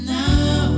now